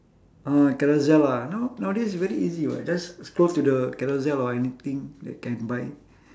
ah carousell ah now nowadays very easy [what] just scroll to the carousell or anything that can buy